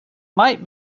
might